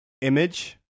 Image